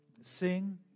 sing